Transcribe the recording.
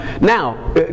now